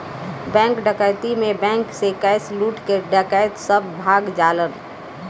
bank डकैती में bank से कैश लूट के डकैत सब भाग जालन